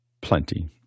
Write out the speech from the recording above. plenty